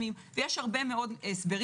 יש הרבה מאוד הסברים,